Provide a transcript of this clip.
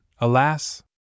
alas